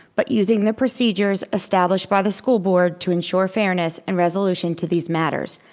but using the procedures established by the school board to ensure fairness and resolution to these matters.